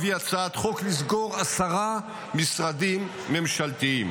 אביא הצעת חוק לסגור עשרה משרדים ממשלתיים.